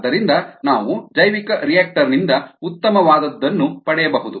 ಆದ್ದರಿಂದ ನಾವು ಜೈವಿಕರಿಯಾಕ್ಟರ್ ನಿಂದ ಉತ್ತಮವಾದದನ್ನು ಪಡೆಯಬಹುದು